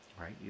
right